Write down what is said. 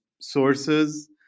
sources